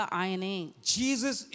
Jesus